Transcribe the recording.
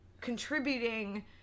contributing